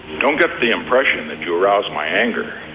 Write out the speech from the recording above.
don't get the impression that you arouse my anger.